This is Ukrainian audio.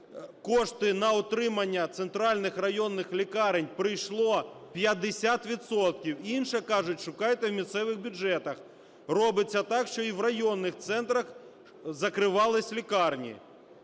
кошти на утримання центральних районних лікарень прийшло 50 відсотків, інші кажуть, шукайте в місцевих бюджетах. Робиться так, щоб і в районних центрах закривались лікарні.